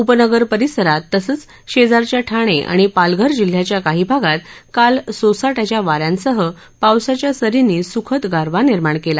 उपनगर परिसरात तसंच शेजारच्या ठाणे आणि पालघर जिल्ह्याच्या काही भागात काल सोसाट्याच्या वाऱ्यांसह पावसाच्या सरींनी सुखद गारवा निर्माण केला